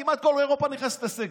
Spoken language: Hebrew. כמעט כל אירופה נכנסת לסגר.